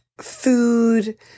food